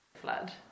Flood